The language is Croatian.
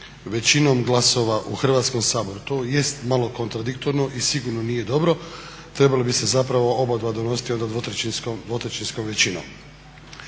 većinom glasova u Hrvatskom saboru, tj. malo kontradiktorno i sigurno nije dobro. Trebalo bi se zapravo obadva donositi onda dvotrećinskom većinom.